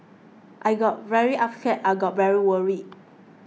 I got very upset I got very worried